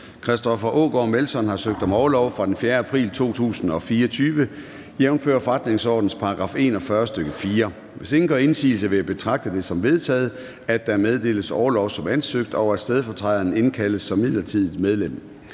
Christoffer Aagaard Melson har søgt om orlov fra den 4. april 2024 jævnfør forretningsordenens § 41, stk. 4. Hvis ingen gør indsigelse, vil jeg betragte det som vedtaget, at der meddeles orlov som ansøgt, og at stedfortræderen indkaldes som midlertidigt medlem.